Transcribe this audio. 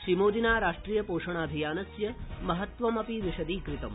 श्रीमोदिनाराष्ट्रिय ोषणाभियानस्य महत्त्वम विशदीकृतम्